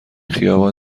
خیابان